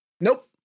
Nope